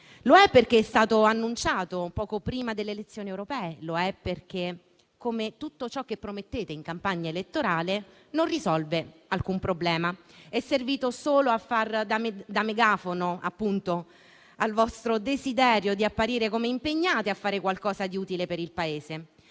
Lo è perché è stato annunciato poco prima delle elezioni europee, lo è perché, come tutto ciò che promettete in campagna elettorale, non risolve alcun problema. È servito solo a fare da megafono al vostro desiderio di apparire come impegnati a fare qualcosa di utile per il Paese,